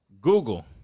Google